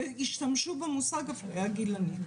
והשתמשו במושג אפליה גילנית.